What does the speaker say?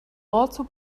also